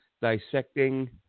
dissecting